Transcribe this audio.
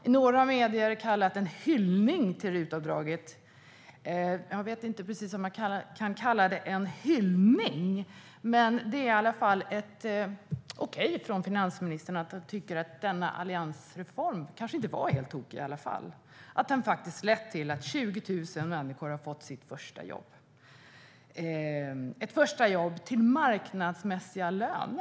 I några medier kallades det en hyllning till RUT-avdraget. Jag vet inte om man kan kalla det en hyllning. Med det är i alla fall ett okej från finansministern och att hon tycker att denna alliansreform kanske inte var helt tokig. Den har faktiskt lett till att 20 000 människor har fått sitt första jobb till marknadsmässig lön.